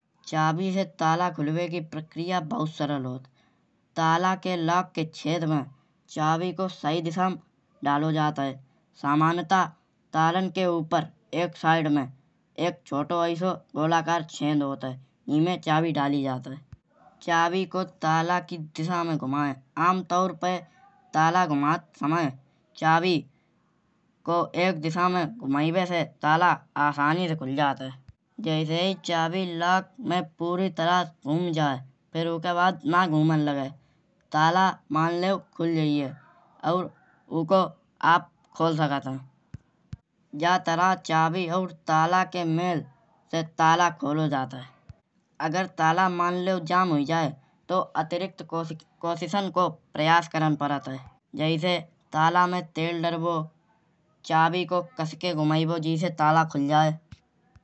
चाभी से ताला खुलिबे की प्रक्रिया बहुत सरल होत है। ताला के लॉक के छेद में चाभी को सही दिशा में डालो जात है। सामान्यता तालान के ऊपर एक साइड में एक छोटो ऐसो गोलाकार छेद होत है। ईमें चाभी डाली जात ही। चाभी को ताला की दिशा में घुमाय। आमतौर पे ताला घुमात समय चाभी को एक दिशा में घुमाइबे से ताला आसानी से खुल जात है। जैसेही चाभी लॉक में पूरी तरह घुम जाए फिर उसके बाद न घूमन लगाय। ताला मान लेओ खुल जाइए। और ओको आप खोल सकत है। जा तरह चाभी और ताला के मेल से ताला खोलो जात है। अगर ताला मान लेओ जाम हुई जाए तऊ अतिरिक्त कोशिशन को प्रयाश करन पड़त है। जैसे ताला में तेल डारिबो चाभी को कस के घुमाइबो जेसे ताला खुल जाए।